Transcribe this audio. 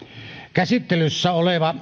käsittelyssä oleva taloussuunnitelma